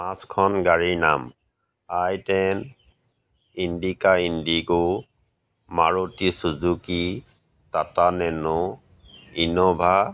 পাঁচখন গাড়ীৰ নাম i ten Indica Indigo Maruti Suzuki Tata Nano Innova